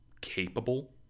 capable